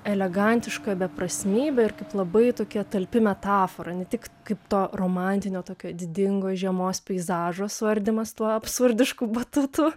elegantiška beprasmybė ir kaip labai tokia talpi metafora ne tik kaip to romantinio tokio didingo žiemos peizažo suardymas tuo absurdišku batutu